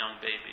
baby